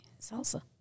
salsa